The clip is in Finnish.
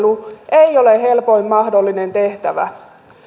ole helpoin mahdollinen tehtävä yhtä